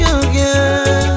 again